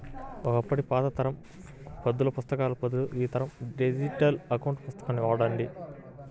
ఒకప్పటి పాత తరం పద్దుల పుస్తకాలకు బదులు ఈ తరం డిజిటల్ అకౌంట్ పుస్తకాన్ని వాడండి